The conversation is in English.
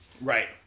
Right